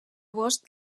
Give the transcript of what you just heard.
bosc